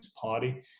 Party